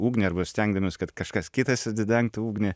ugnį arba stengdavomės kad kažkas kitas atidengtų ugnį